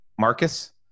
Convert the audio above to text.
marcus